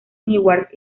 newark